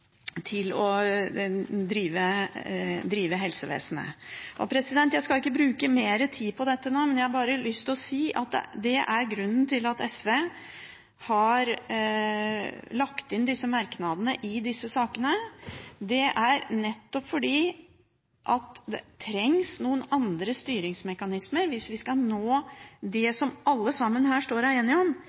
drive helsevesenet. Jeg skal ikke bruke mer tid på dette nå. Jeg har bare lyst til å si noe om grunnen til at SV har lagt inn disse merknadene i disse sakene. Det er nettopp fordi det trengs noen andre styringsmekanismer hvis vi skal nå det som alle sammen her er enige om,